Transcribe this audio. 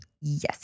Yes